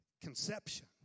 conception